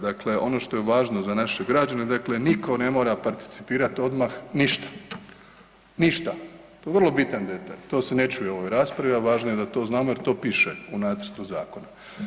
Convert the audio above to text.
Dakle, ono što je važno za naše građane dakle nitko ne mora participirati odmah ništa, ništa to je vrlo bitan detalj, to se ne čuje u ovoj raspravi, a važno je da to znamo jer to piše u nacrtu zakona.